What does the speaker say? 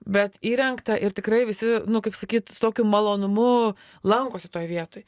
bet įrengta ir tikrai visi nu kaip sakyt su tokiu malonumu lankosi toj vietoj